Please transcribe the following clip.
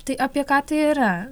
tai apie ką tai yra